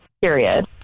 Period